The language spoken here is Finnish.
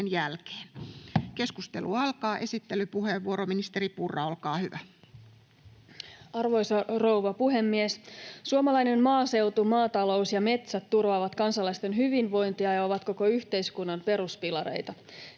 Keskustelu alkaa. Esittelypuheenvuoro, ministeri Purra, olkaa hyvä. Arvoisa rouva puhemies! Suomalainen maaseutu, maatalous ja metsät turvaavat kansalaisten hyvinvointia ja ovat koko yhteiskunnan peruspilareita.